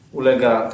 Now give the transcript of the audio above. ulega